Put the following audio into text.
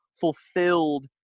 Fulfilled